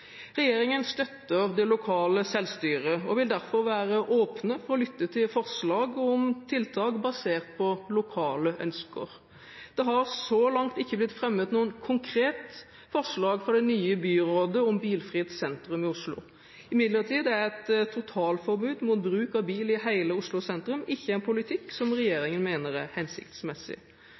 Regjeringen støtter det lokale selvstyret og vil derfor være åpen for å lytte til forslag om tiltak basert på lokale ønsker. Det har så langt ikke blitt fremmet noe konkret forslag fra det nye byrådet om bilfritt sentrum i Oslo. Imidlertid er et totalforbud mot bruk av bil i hele Oslo sentrum ikke en politikk som